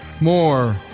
More